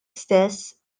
stess